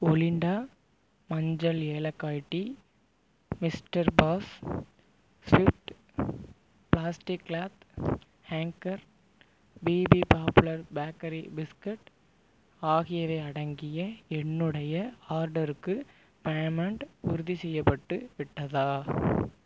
ஒலிண்டா மஞ்சள் ஏலக்காய் tea mister boss swift plastic cloth hanger BP popular bakery biscuit ஆகியவை அடங்கிய என்னுடைய ஆர்டர்க்கு பேமெண்ட் உறுதிசெய்யப்பட்டு விட்டதா